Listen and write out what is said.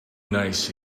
nice